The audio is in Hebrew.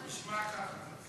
נשמע ככה.